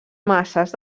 masses